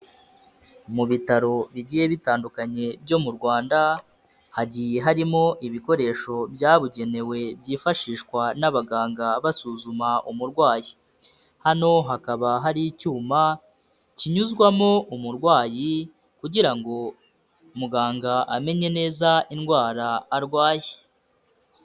Mu bitaro bigiye bitandukanye byo mu Rwanda, hagiye harimo ibikoresho byabugenewe byifashishwa n'abaganga basuzuma umurwayi. Hano hakaba hari icyuma, kinyuzwamo umurwayi kugira ngo muganga amenye neza indwara arwaye.